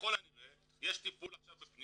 ככל הנראה יש עכשיו טיפול בפניות,